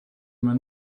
man